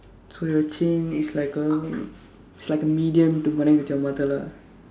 so your chain is like a is like a medium to connect with your mother lah